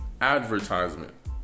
advertisement